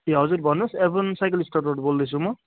ए हजुर भन्नुहोस् एभन साइकल स्टोरबाट बोल्दैछु म